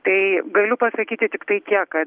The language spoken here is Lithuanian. tai galiu pasakyti tiktai tiek kad